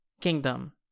kingdom